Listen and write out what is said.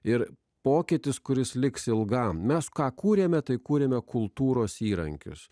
ir pokytis kuris liks ilgam mes ką kūrėme tai kūrėme kultūros įrankius